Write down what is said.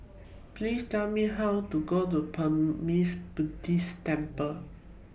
Please Tell Me How to get to Burmese Buddhist Temple